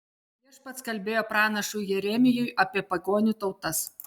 viešpats kalbėjo pranašui jeremijui apie pagonių tautas